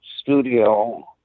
studio